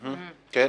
כן.